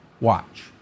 Watch